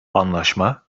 anlaşma